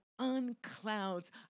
unclouds